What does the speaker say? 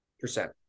Percent